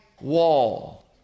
wall